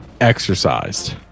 exercised